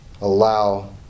allow